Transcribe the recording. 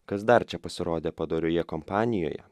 kas dar čia pasirodė padorioje kompanijoje